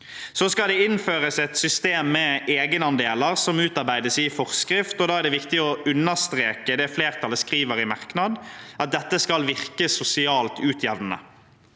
Det skal innføres et system med egenandeler, som utarbeides i forskrift. Da er det viktig å understreke det flertallet skriver i merknad, at dette skal virke sosialt utjevnende.